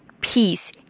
peace